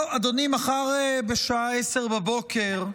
אדוני, מחר בשעה 10:00,